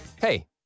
Hey